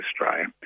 Australia